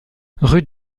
rue